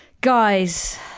Guys